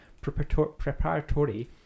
preparatory